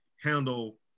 handle